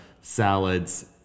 salads